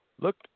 Look